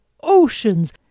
oceans